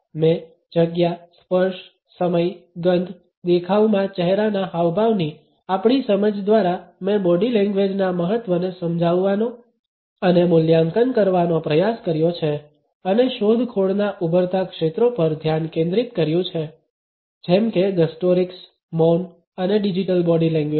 મેં જગ્યા સ્પર્શ સમય ગંધ દેખાવમાં ચહેરાના હાવભાવની આપણી સમજ દ્વારા મે બોડી લેંગ્વેજના મહત્વને સમજાવવાનો અને મૂલ્યાંકન કરવાનો પ્રયાસ કર્યો છે અને શોધખોળના ઉભરતા ક્ષેત્રો પર ધ્યાન કેન્દ્રિત કર્યું છે જેમ કે ગસ્ટોરિક્સ મૌન અને ડિજિટલ બોડી લેંગ્વેજ